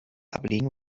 ablegen